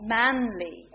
manly